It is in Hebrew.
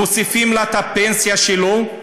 מוסיפים לה את הפנסיה שלו,